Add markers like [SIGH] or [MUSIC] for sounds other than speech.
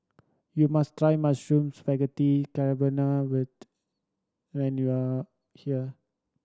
you must try Mushroom Spaghetti Carbonara [UNINTELLIGIBLE] when you are here